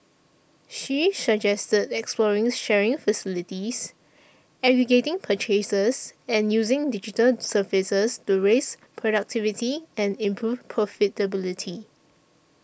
she suggested exploring sharing facilities aggregating purchases and using digital services to raise productivity and improve profitability